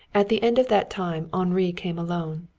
at the end of that time henri came alone.